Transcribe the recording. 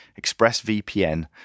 ExpressVPN